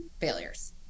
failures